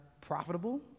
profitable